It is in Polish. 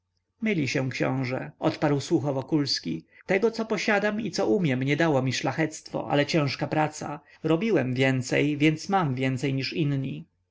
myli się książę odparł sucho wokulski tego co posiadam i co umiem nie dało mi szlachectwo ale ciężka praca robiłem więcej więc mam więcej niż inni